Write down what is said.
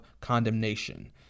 condemnation